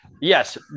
Yes